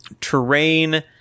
terrain